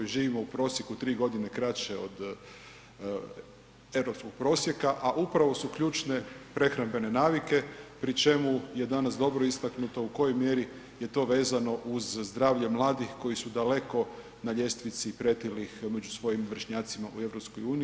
Živimo u prosjeku 3 godine kraće od europskog prosjeka, a upravo su ključne prehrambene navike pri čemu je danas dobro istaknuta u kojoj mjeri je to vezano uz zdravlje mladih koji su daleko na ljestvici pretilih među svojim vršnjacima u EU.